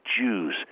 Jews